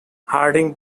harding